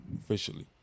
officially